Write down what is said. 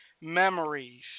memories